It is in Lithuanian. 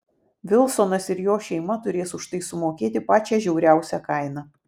vilsonas ir jo šeima turės už tai sumokėti pačią žiauriausią kainą